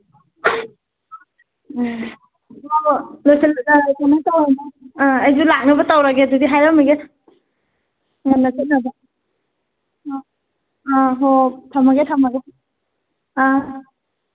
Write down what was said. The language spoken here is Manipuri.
ꯎꯝ ꯑ ꯑꯩꯁꯨ ꯂꯥꯛꯅꯕ ꯇꯧꯔꯒꯦ ꯑꯗꯨꯗꯤ ꯍꯥꯏꯔꯝꯃꯒꯦ ꯉꯟꯅ ꯆꯠꯅꯕ ꯑ ꯑ ꯍꯣꯍꯣꯏ ꯊꯝꯃꯒꯦ ꯊꯝꯃꯒꯦ ꯑꯥ